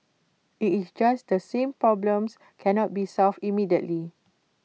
IT is just that some problems cannot be solved immediately